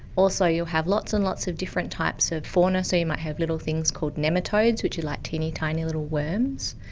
also you'll have lots and lots of different types of fauna, so you might have little things called nematodes, which are like teeny, tiny little worms.